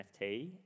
NFT